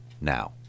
now